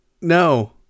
No